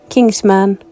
Kingsman